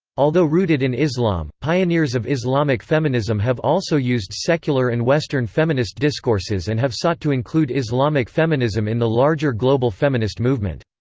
although rooted in islam, pioneers of islamic feminism have also used secular and western feminist discourses and have sought to include islamic feminism in the larger global feminist movement.